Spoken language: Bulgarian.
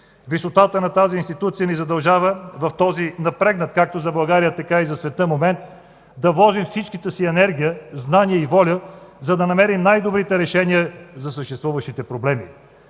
Висотата на тази институция ни задължава в този напрегнат както за България, така и за света момент да вложим всичката си енергия знания и воля, за да намерим най-добрите решения за съществуващите проблеми.